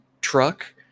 truck